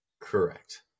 Correct